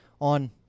on